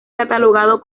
catalogado